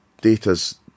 data's